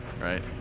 Right